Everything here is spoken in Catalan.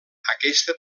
aquesta